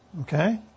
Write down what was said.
Okay